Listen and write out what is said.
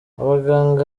abaganga